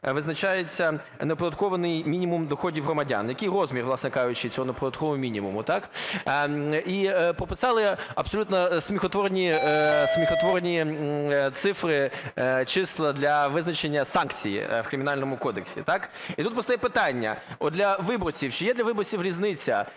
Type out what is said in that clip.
визначається неоподаткований мінімум доходів громадян, який розмір, власне кажучи, цього неоподаткованого мінімуму, так. І прописали абсолютно сміхотворні цифри, числа для визначення санкцій в Кримінальному кодексі. І тут постає питання: от для виборців, чи є для виборців різниця,